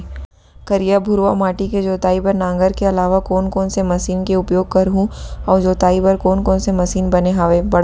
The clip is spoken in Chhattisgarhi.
करिया, भुरवा माटी के जोताई बर नांगर के अलावा कोन कोन से मशीन के उपयोग करहुं अऊ जोताई बर कोन कोन से मशीन बने हावे?